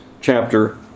chapter